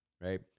right